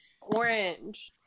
orange